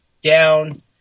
down